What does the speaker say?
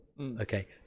okay